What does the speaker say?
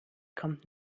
kommt